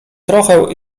trochę